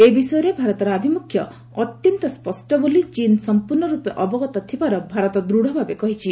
ଏ ବିଷୟରେ ଭାରତର ଆଭିମ୍ରଖ୍ୟ ଅତ୍ୟନ୍ତ ସ୍ୱଷ୍ଟ ବୋଲି ଚୀନ୍ ସମ୍ପର୍ଷର୍ଣରପେ ଅବଗତ ଥିବାର ଭାରତ ଦୂଢ଼ଭାବେ କହିଛି